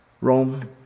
Rome